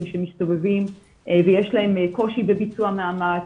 שמסתובבים ויש להם קושי בביצוע מאמץ,